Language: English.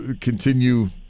continue